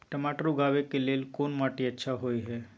टमाटर उगाबै के लेल कोन माटी अच्छा होय है?